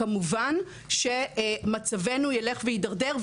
כמובן שמצבנו ילך ויתדרדר,